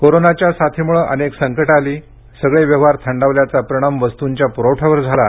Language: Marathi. कोरोनाच्या साथीमुळे अनेक संकटं आली सगळे व्यवहार थंडावल्याचा परिणाम वस्तूंच्या पुरवठ्यावर झाला